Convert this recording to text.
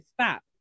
Stop